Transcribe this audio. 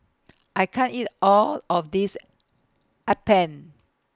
I can't eat All of This Appam